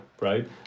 right